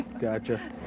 Gotcha